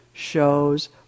shows